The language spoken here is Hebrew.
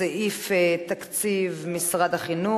(סעיף תקציב משרד החינוך),